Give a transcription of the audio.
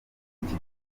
iki